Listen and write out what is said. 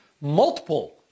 multiple